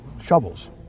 shovels